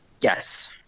Yes